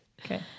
Okay